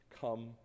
Come